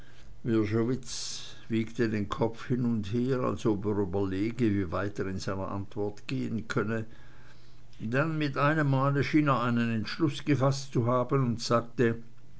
wiegte den kopf hin und her als ob er überlege wie weit in seiner antwort gehen könne dann mit einem male schien er einen entschluß gefaßt zu haben und sagte